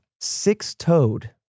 Six-toed